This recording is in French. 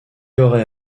aurait